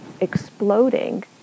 exploding